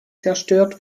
zerstört